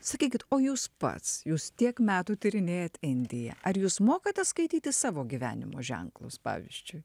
sakykit o jūs pats jūs tiek metų tyrinėjat indiją ar jūs mokate skaityti savo gyvenimo ženklus pavyzdžiui